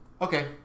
Okay